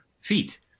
feet